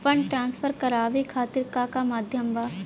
Fund transfer करवाये खातीर का का माध्यम बा?